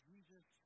Jesus